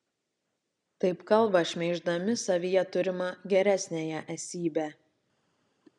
taip kalba šmeiždami savyje turimą geresniąją esybę